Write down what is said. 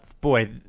boy